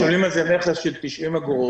משלמים על זה מכס של 90 אגורות,